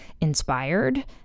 inspired